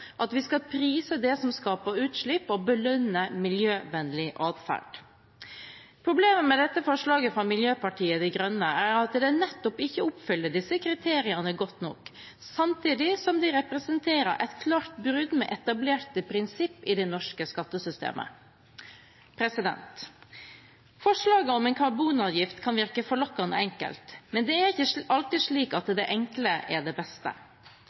at vi skal prise det som skaper utslipp, og belønne miljøvennlig atferd. Problemet med dette forslaget fra Miljøpartiet De Grønne er at det nettopp ikke oppfyller disse kriteriene godt nok, samtidig som det representerer et klart brudd med etablerte prinsipper i det norske skattesystemet. Forslaget om en karbonavgift kan virke forlokkende enkelt, men det er ikke alltid slik at det enkle er det beste.